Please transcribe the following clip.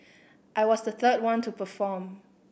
I was the third one to perform